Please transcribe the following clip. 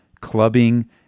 clubbing